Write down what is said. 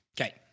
Okay